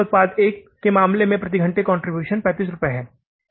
35 रुपए उत्पाद ए के मामले में प्रति घंटे कंट्रीब्यूशन 35 रुपए है